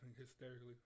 hysterically